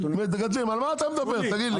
על מה אתה מדבר תגיד לי?